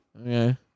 Okay